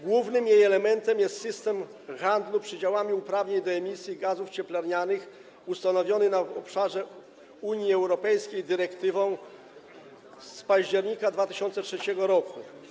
Głównym jej elementem jest system handlu przydziałami uprawnień do emisji gazów cieplarnianych ustanowiony na obszarze Unii Europejskiej dyrektywą z października 2003 r.